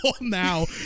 now